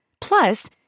Plus